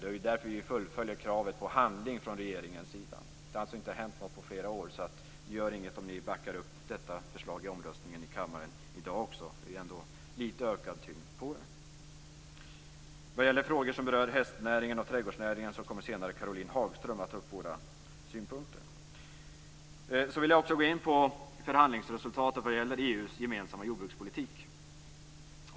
Det är därför vi fullföljer kravet på handling från regeringens sida. Det har alltså inte hänt något på flera år, så det gör inget om ni vänsterpartister backar upp detta förslag i omröstningen i kammaren i dag också. Det ger ju ändå lite ökad tyngd åt det. Vad gäller frågor som rör hästnäringen och trädgårdsnäringen kommer Caroline Hagström att ta upp våra synpunkter senare. Jag vill också gå in på förhandlingsresultatet vad gäller EU:s gemensamma jordbrukspolitik.